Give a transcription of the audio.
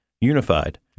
unified